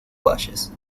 valles